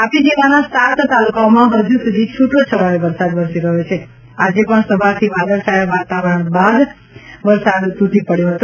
તાપી જિલ્લાના સાત તાલુકાઓમાં હજુસુધી છૂટો છવાયો વરસાદ વરસી રહ્યો છે આજે પણ સવારથી વાદળછાયા વાતાવરણ બાદ સવારે વરસાદ તૂટી પડ્યો હતો